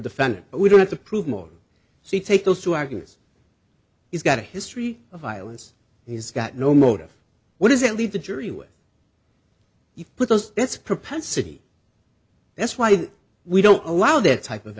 but we don't have to prove more she take those two arguments he's got a history of violence he's got no motive what does it leave the jury when you put those that's propensity that's why we don't allow that type of